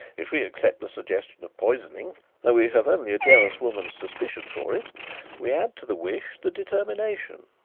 if we accept the suggestion of poisoning though we have only a jealous woman's suspicion for it we add to the wish the determination.